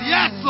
Yes